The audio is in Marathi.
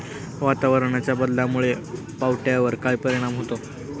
वातावरणाच्या बदलामुळे पावट्यावर काय परिणाम होतो?